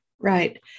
Right